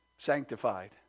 Sanctified